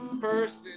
person